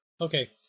Okay